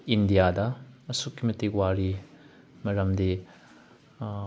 ꯏꯟꯗꯤꯌꯥꯗ ꯑꯁꯨꯛꯀꯤ ꯃꯇꯤꯛ ꯋꯥꯔꯤ ꯃꯔꯝꯗꯤ